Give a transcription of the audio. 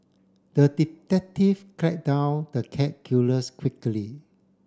the detective tracked down the cat killers quickly